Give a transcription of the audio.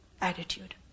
attitude